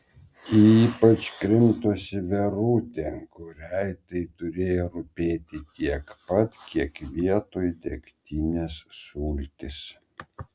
ypač krimtosi verutė kuriai tai turėjo rūpėti tiek pat kiek vietoj degtinės sultys